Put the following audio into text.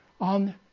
on